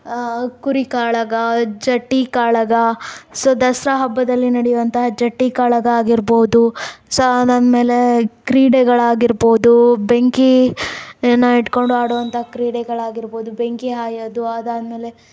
ಕುರಿ ಕಾಳಗ ಜಟ್ಟಿ ಕಾಳಗ ಸೊ ದಸರಾ ಹಬ್ಬದಲ್ಲಿ ನಡೆಯುವಂತಹ ಜಟ್ಟಿ ಕಾಳಗ ಆಗಿರ್ಬಹುದು ಸೊ ಅದಾದ್ಮೇಲೆ ಕ್ರೀಡೆಗಳಾಗಿರಬಹುದು ಬೆಂಕಿಯನ್ನು ಹಿಡ್ಕೊಂಡು ಆಡೋಂಥ ಕ್ರೀಡೆಗಳಾಗಿರಬಹುದು ಬೆಂಕಿ ಹಾಯೋದು ಅದಾದ್ಮೇಲೆ